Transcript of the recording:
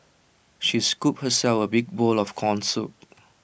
she scooped herself A big bowl of Corn Soup